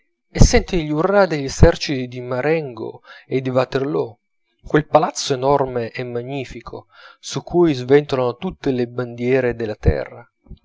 e senti gli urrà degli eserciti di marengo e di waterloo quel palazzo enorme e magnifico su cui sventolano tutte le bandiere della terra